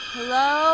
Hello